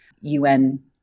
UN